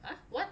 !huh! what